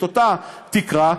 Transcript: את אותה תקרה,